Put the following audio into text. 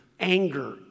anger